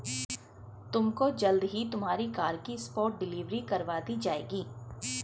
तुमको जल्द ही तुम्हारी कार की स्पॉट डिलीवरी करवा दी जाएगी